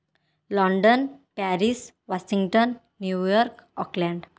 London Paris Washington New York Oakland